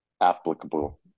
applicable